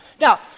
Now